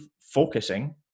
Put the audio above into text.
focusing